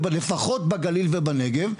לפחות בגליל ובנגב,